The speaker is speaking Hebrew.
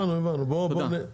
תודה.